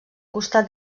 costat